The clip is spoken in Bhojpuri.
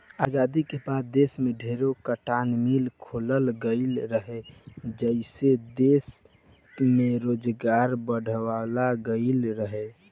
आजादी के बाद देश में ढेरे कार्टन मिल खोलल गईल रहे, जेइसे दश में रोजगार बढ़ावाल गईल रहे